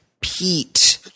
Pete